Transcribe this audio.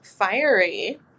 Fiery